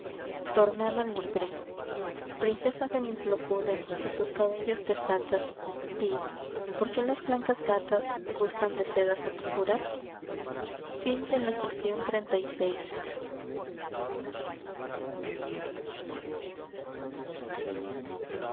tornada libre princesa de mis locuras que tus cabellos desatas di por qué las blancas gatas gustan de sedas obscuras las anforas de